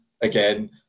again